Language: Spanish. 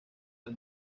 del